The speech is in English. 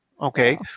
okay